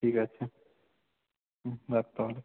ঠিক আছে হুম হুম রাখ তাহলে